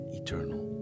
eternal